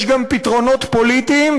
יש גם פתרונות פוליטיים,